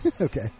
Okay